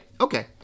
Okay